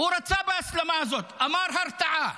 הוא רצה בהסלמה הזאת, אמר הרתעה.